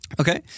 Okay